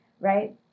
right